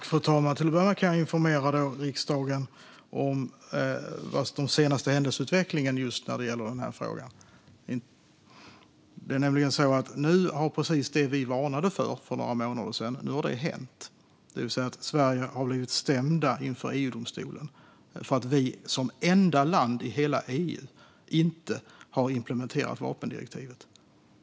Fru talman! Till att börja med kan jag informera riksdagen om den senaste händelseutvecklingen när det gäller den här frågan. Det är nämligen så att precis det som vi för några månader sedan varnade för nu har hänt: Sverige har blivit stämt inför EU-domstolen för att Sverige, som enda land i EU, inte har implementerat vapendirektivet.